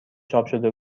چاپشده